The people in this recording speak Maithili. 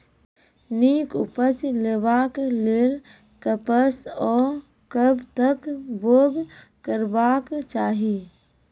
नीक उपज लेवाक लेल कबसअ कब तक बौग करबाक चाही?